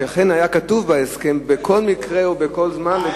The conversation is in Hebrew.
שאכן היה כתוב בהסכם שבכל מקרה ובכל זמן,